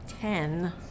ten